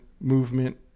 movement